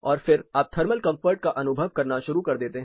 और फिर आप थर्मल कंफर्ट का अनुभव करना शुरू कर देते हैं